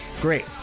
Great